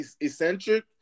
eccentric